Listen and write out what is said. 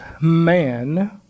man